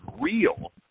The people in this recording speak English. real